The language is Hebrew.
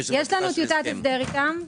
יש לנו טיוטת הסדר איתם.